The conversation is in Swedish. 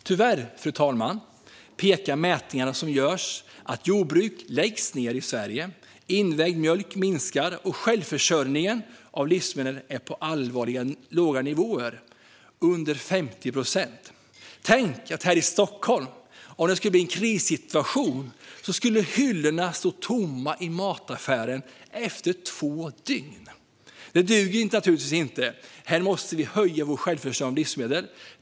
Tyvärr, fru talman, pekar mätningarna som görs på att jordbruk läggs ned i Sverige, att mängden invägd mjölk minskar och att självförsörjningen av livsmedel är på allvarligt låga nivåer, under 50 procent. Tänk att hyllorna i mataffärerna här i Stockholm vid en krissituation skulle stå tomma efter två dygn! Det duger naturligtvis inte. Vi måste höja vår självförsörjning av livsmedel.